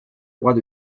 droits